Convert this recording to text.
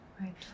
Right